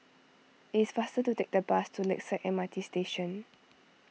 it's faster to take the bus to Lakeside M R T Station